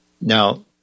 Now